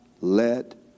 let